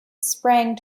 sprang